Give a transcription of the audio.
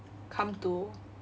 come to